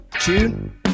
tune